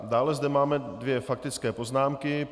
Dále zde máme dvě faktické poznámky.